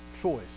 choice